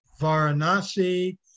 Varanasi